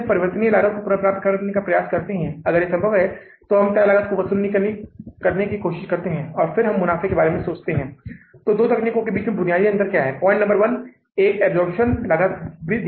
पहला कदम आय विवरण के ट्रेडिंगखाते को तैयार करके आय विवरण के ऊपरी भाग के ट्रेडिंगखाते को तैयार करना है हम क्या करते हैं हम इसे तैयार करते हैं हम एक तरफ बिक्री लेते हैं जो हमारी फर्म का आय राजस्व है और यह सीधे से बिक्री है